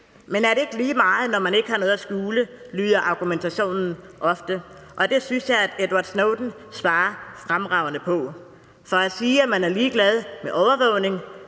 Men er det ikke lige meget, når man ikke har noget at skjule? Sådan lyder argumentationen ofte, og det synes jeg at Edward Snowden svarer fremragende på: At sige, at man er ligeglad med overvågning,